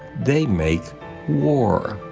they make war.